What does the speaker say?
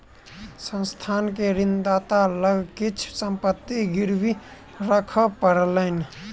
संस्थान के ऋणदाता लग किछ संपत्ति गिरवी राखअ पड़लैन